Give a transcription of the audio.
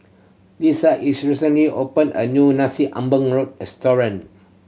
Lisa recently opened a new Nasi Ambeng restaurant